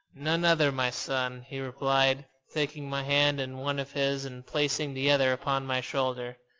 none other, my son, he replied, taking my hand in one of his and placing the other upon my shoulder.